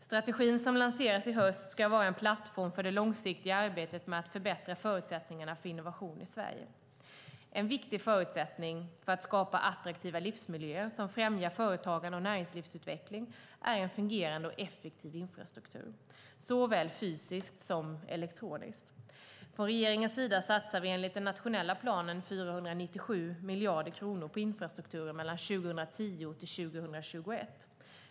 Strategin, som lanseras i höst, ska vara en plattform för det långsiktiga arbetet med att förbättra förutsättningarna för innovation i Sverige. En viktig förutsättning för att skapa attraktiva livsmiljöer som främjar företagande och näringslivsutveckling är en fungerande och effektiv infrastruktur, såväl fysisk som elektronisk. Från regeringens sida satsar vi enligt den nationella planen 497 miljarder kronor på infrastrukturen mellan 2010 och 2021.